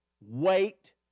wait